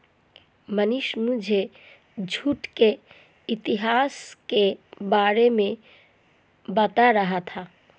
मनीष मुझे जूट के इतिहास के बारे में बता रहा था